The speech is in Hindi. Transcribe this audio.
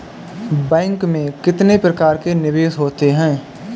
बैंक में कितने प्रकार के निवेश होते हैं?